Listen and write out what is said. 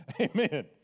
Amen